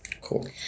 Cool